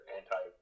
anti